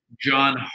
John